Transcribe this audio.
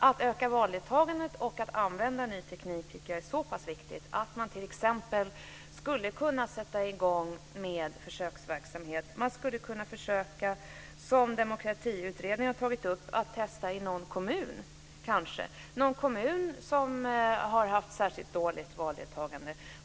Att öka valdeltagandet och att använda ny teknik är så pass viktigt att man skulle kunna sätta i gång med en försöksverksamhet. Som Demokratiutredningen föreslog skulle man kunna testa i en kommun som har haft särskilt lågt valdeltagande.